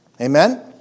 Amen